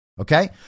Okay